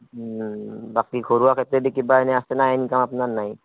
বাকী ঘৰুৱা খেতি দি কিবা এনেই আছে না ইনকাম নে নাই